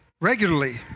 regularly